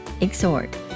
exhort